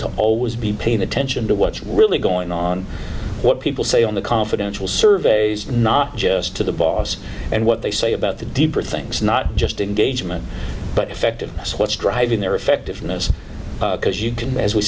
to always be paying attention to what's really going on what people say on the confidential surveys not just to the boss and what they say about the deeper things not just to gauge men but effective what's driving their effectiveness because you can as we